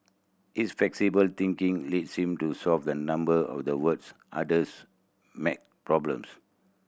his flexible thinking led him to solve a number of the world's hardest maths problems